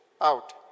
out